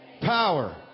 Power